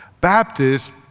Baptists